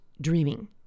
dreaming